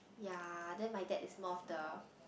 ya then my dad is more of the